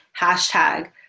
hashtag